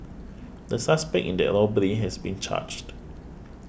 the suspect in that robbery has been charged